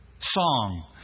song